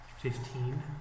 Fifteen